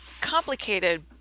complicated